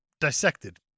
dissected